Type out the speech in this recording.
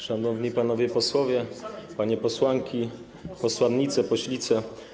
Szanowni Panowie Posłowie, Panie Posłanki, Posłannice, Poślice!